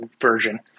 version